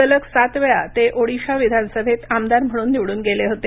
सलग सात वेळा ते ओडिशा विधानसभेत आमदार म्हणून निवडून गेले होते